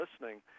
listening